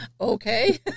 okay